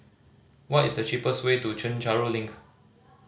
what is the cheapest way to Chencharu Link